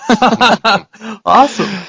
Awesome